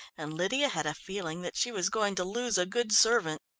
and lydia had a feeling that she was going to lose a good servant.